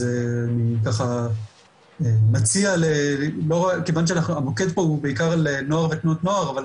אז אני ככה מציע כיוון שהמוקד פה הוא בעיקר נוער ותנועות נוער אבל